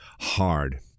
hard